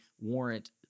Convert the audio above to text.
warrant